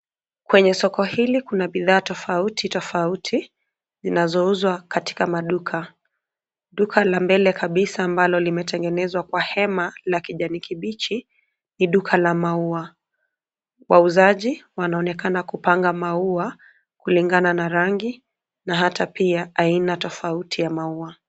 Kwenye soko hili kuna bidhaa tofauti tofauti zinazouzwa katika maduka. Duka la mbele kabisa ambalo limetengenezwa kwa hema la kijani kibichi, ni duka la maua. Wauzaji wanaonekana kupanga maua kulingana na rangi na hata pia aina tofauti ya maua.